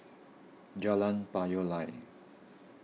Jalan Payoh Lai